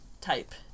type